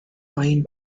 pine